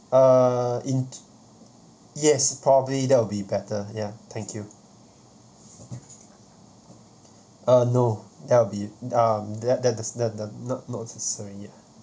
uh in yes probably that will be better ya thank you uh no that'll be uh that that the the the not so